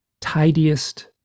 tidiest